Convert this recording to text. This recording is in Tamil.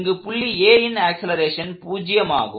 இங்கு புள்ளி Aன் ஆக்ஸலரேஷன் பூஜ்யம் ஆகும்